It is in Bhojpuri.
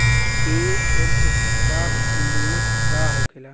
ए यंत्र का कीमत का होखेला?